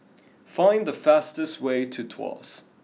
find the fastest way to Tuas